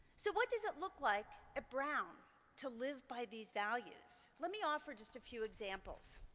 so what does it look like at brown to live by these values? let me offer just a few examples.